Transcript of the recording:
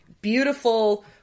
beautiful